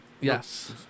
Yes